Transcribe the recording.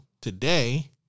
today